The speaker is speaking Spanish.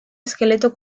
esqueleto